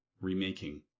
remaking